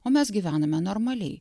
o mes gyvename normaliai